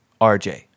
RJ